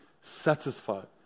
satisfied